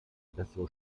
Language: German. bessere